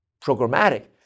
programmatic